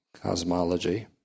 cosmology